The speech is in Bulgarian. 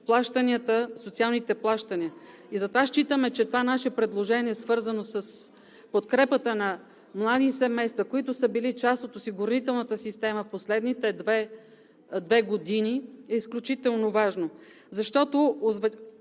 замразявате социалните плащания. Считаме, че това наше предложение, свързано с подкрепата на млади семейства, които са били част от осигурителната система в последните две години, е изключително важно. Уважаеми